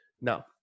Now